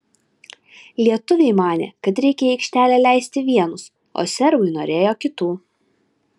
lietuviai manė kad reikia į aikštelę leisti vienus o serbai norėjo kitų